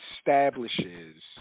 establishes